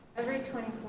every twenty